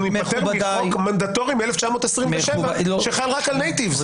ניפטר מחוק מנדטורי מ-1927 שחל רק על נייטיבס.